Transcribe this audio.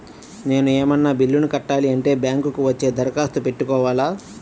నేను ఏమన్నా బిల్లును కట్టాలి అంటే బ్యాంకు కు వచ్చి దరఖాస్తు పెట్టుకోవాలా?